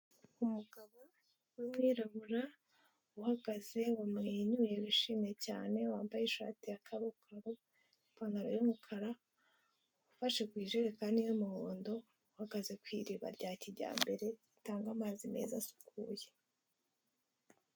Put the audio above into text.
Umugabo w'umwirabura uhagaze wamwenyuye wishimye cyane wambaye ishati y'akaboko ipantaro y'umukara, ufashe bujerekani y'umuhondo uhagaze ku iriba rya kijyambere ritanga amazi meza asukuye.